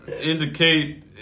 indicate